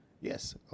yes